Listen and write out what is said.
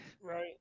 Right